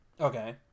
Okay